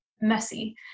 messy